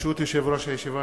ברשות יושב-ראש הישיבה,